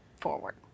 forward